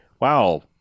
wow